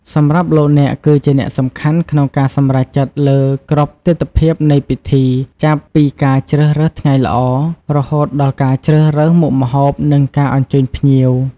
សម្រាប់លោកអ្នកគឺជាអ្នកសំខាន់ក្នុងការសម្រេចចិត្តលើគ្រប់ទិដ្ឋភាពនៃពិធី ចាប់ពីការជ្រើសរើសថ្ងៃល្អ រហូតដល់ការជ្រើសរើសមុខម្ហូប និងការអញ្ជើញភ្ញៀវ។